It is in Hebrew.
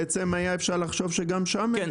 בעצם היה אפשר לחשוב שגם שם אין את זה.